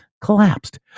collapsed